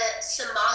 Somali